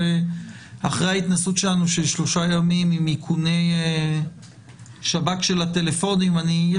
אחרי ההתנסות שלנו של שלושה ימים עם איכוני שב"כ של טלפונים יש